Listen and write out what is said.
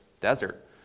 desert